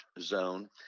zone